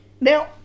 Now